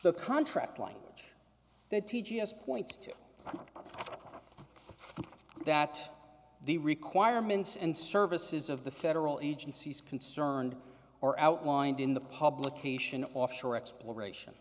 the contract language that t g has points to and that the requirements and services of the federal agencies concerned or outlined in the publication offshore exploration